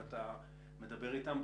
ואתה מדבר איתם,